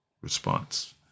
response